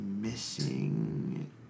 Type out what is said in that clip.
missing